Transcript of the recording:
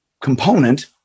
component